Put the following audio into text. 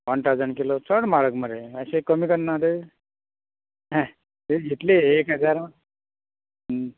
one thousand kilo चड म्हारग मरे मात्शे कमी करनात हें इतले एक हजार